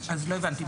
לא הבנתי.